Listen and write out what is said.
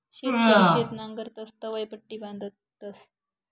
शेतकरी शेत नांगरतस तवंय पट्टी बांधतस